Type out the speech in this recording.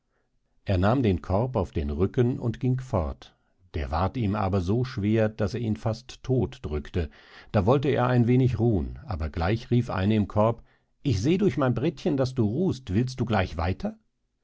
er nahm den korb auf den rücken und ging fort der ward ihm aber so schwer daß er ihn fast todt drückte da wollte er ein wenig ruhen aber gleich rief eine im korb ich seh durch mein bretchen daß du ruhst willst du gleich weiter